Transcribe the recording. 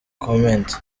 comment